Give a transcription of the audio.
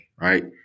right